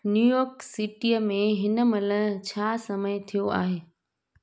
New York city में हिनमहिल छा समय थियो आहे